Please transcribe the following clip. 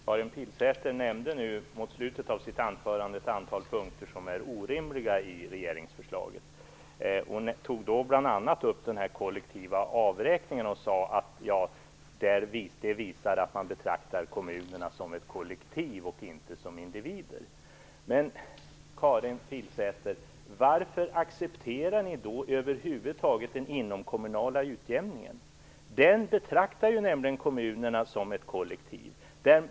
Fru talman! Karin Pilsäter nämnde mot slutet av sitt anförande ett antal punkter som är orimliga i regeringsförslaget. Hon tog bl.a. upp den kollektiva avräkningen och sade att kommunerna betraktas som ett kollektiv och inte som individer. Men varför accepterar ni då över huvud taget den inomkommunala utjämningen, Karin Pilsäter? Där betraktas nämligen kommunerna som ett kollektiv.